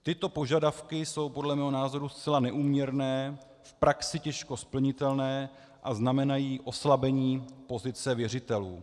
Tyto požadavky jsou podle mého názoru zcela neúměrné, v praxi těžko splnitelné a znamenají oslabení pozice věřitelů.